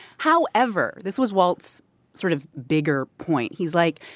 however, this was walt's sort of bigger point. he's like,